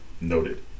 noted